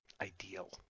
ideal